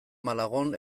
malagon